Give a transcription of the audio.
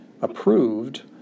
approved